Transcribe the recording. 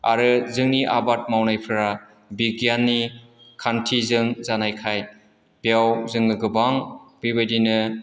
आरो जोंनि आबाद मावनायफ्रा बिगियाननि खान्थिजों जानायखाय बेयाव जोङो गोबां बेबायदिनो